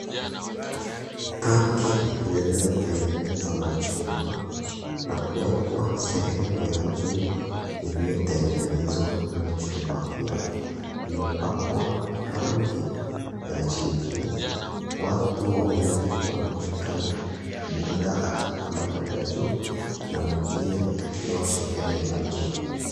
Tanki limeweza kutengenezwa na chuma na kuwekwa sehemu ya juu iliyotengenezwa kwa chuma pia imepakwa rangi ya jivu. Watu wawili wanaonekana, mmoja akipanda kwenda juu na mwingine akiwa sehemu ya juu.